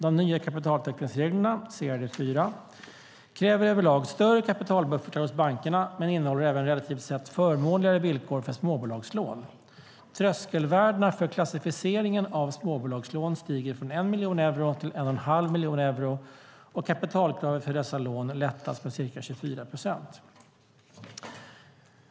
De nya kapitaltäckningsreglerna, CRD 4, kräver över lag större kapitalbuffertar hos bankerna, men innehåller även relativt sett förmånligare villkor för småbolagslån. Tröskelvärdena för klassificeringen av småbolagslån stiger från 1 miljon euro till 1,5 miljoner euro, och kapitalkravet för dessa lån lättas med ca 24 procent.